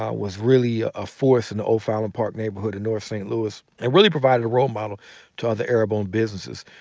ah was really ah a force in the oak island park neighborhood in north st. louis. and really provided a role model to other arab-owned businesses.